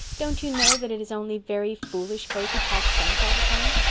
don't you know that it is only very foolish folk who talk sense all the time?